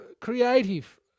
creative